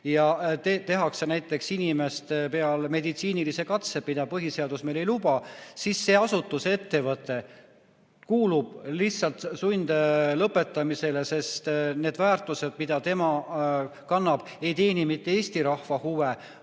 ja tehakse näiteks inimeste peal meditsiinilisi katseid, mida meie põhiseadus ei luba, siis see asutus või ettevõte kuulub lihtsalt sundlõpetamisele, sest need väärtused, mida tema kannab, ei teeni mitte Eesti rahva huve,